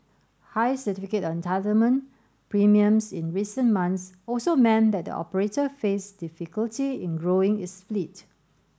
high Certificate of Entitlement premiums in recent months also meant that the operator faced difficulty in growing its fleet